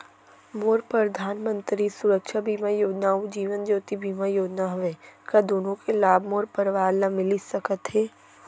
मोर परधानमंतरी सुरक्षा बीमा योजना अऊ जीवन ज्योति बीमा योजना हवे, का दूनो के लाभ मोर परवार ल मिलिस सकत हे?